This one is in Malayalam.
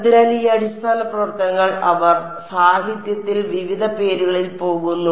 അതിനാൽ ഈ അടിസ്ഥാന പ്രവർത്തനങ്ങൾ അവർ സാഹിത്യത്തിൽ വിവിധ പേരുകളിൽ പോകുന്നു